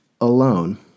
alone